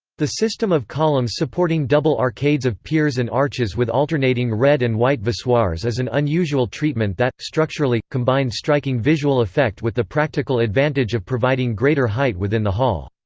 the system of columns supporting double arcades of piers and arches with alternating red and white voussoirs is an unusual treatment that, structurally, combined striking visual effect with the practical advantage of providing greater height within the hall.